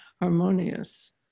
harmonious